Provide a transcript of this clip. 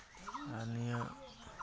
ᱟᱨ ᱱᱤᱭᱟᱹ